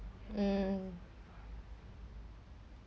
mm